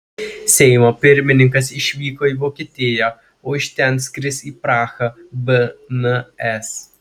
seimo pirmininkas išvyko į vokietiją o iš ten skris į prahą bns